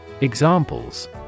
Examples